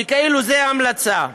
כאילו זה המלצה.